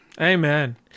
Amen